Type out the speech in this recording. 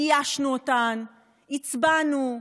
איישנו אותן, הצבענו.